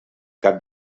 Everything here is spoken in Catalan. cap